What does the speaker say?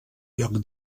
lloc